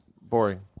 boring